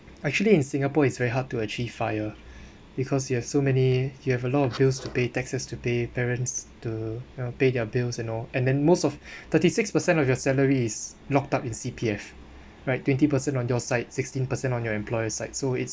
actually in singapore is very hard to achieve FIRE because you have so many you have a lot of bills to pay taxes to pay parents to pay their bills and all and then most of thirty six percent of your salary is locked up in C_P_F right twenty percent on your side sixteen percent on your employer side so it's